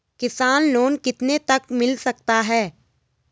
किसान लोंन कितने तक मिल सकता है?